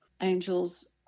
angels